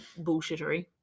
bullshittery